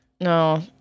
no